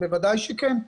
בוודאי שכן.